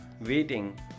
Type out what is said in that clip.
waiting